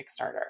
Kickstarter